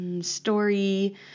story